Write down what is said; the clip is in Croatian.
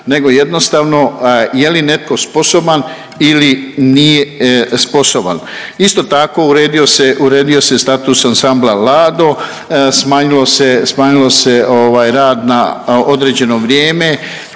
nego jednostavno je li netko sposoban ili nije sposoban. Isto tako uredio se status ansambla Lado, smanjilo, smanjilo se ovaj rad na određeno vrijeme